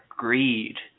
Greed